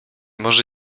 może